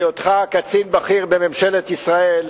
בהיותך קצין בכיר בממשלת ישראל,